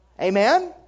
Amen